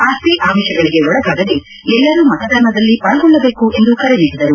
ಆಸೆ ಆಮಿಷಗಳಿಗೆ ಒಳಗಾಗದೆ ಎಲ್ಲರೂ ಮತದಾನದಲ್ಲಿ ಪಾಲ್ಗೊಳ್ಟಬೇಕು ಎಂದು ಕರೆ ನೀಡಿದರು